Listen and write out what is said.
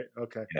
Okay